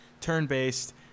turn-based